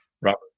Robert